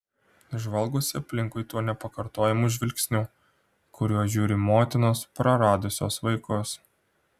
žvalgosi aplinkui tuo nepakartojamu žvilgsniu kuriuo žiūri motinos praradusios vaikus